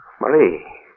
Marie